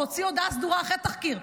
והוציא הודעה סדורה אחרי תחקיר,